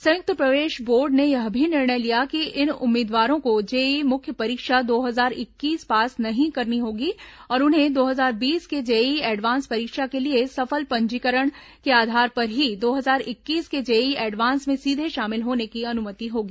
संयुक्त प्रवेश बोर्ड ने यह भी निर्णय लिया कि इन उम्मीदवारों को जेईई मुख्य परीक्षा दो हजार इक्कीस पास नहीं करनी होगी और उन्हें दो हजार बीस के जेईई एडवांस परीक्षा के लिए सफल पंजीकरण के आधार पर ही दो हजार इक्कीस के जेईई एडवांस में सीधे शामिल होने की अनुमति होगी